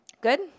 Good